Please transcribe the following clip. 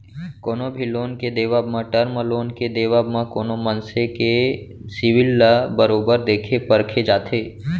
कोनो भी लोन के देवब म, टर्म लोन के देवब म कोनो मनसे के सिविल ल बरोबर देखे परखे जाथे